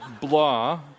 blah